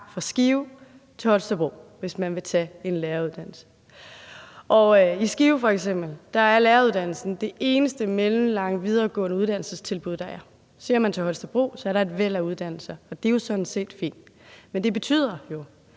fra Skive til Holstebro, hvis man vil tage en læreruddannelse. I Skive f.eks. er læreruddannelsen det eneste mellemlange videregående uddannelsestilbud, der er. Ser man til Holstebro, er der et væld af uddannelser, og det er jo sådan set fint. Men det betyder jo,